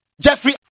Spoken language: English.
Jeffrey